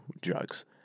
drugs